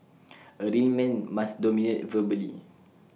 A real man must dominate verbally